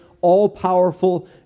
all-powerful